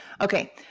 Okay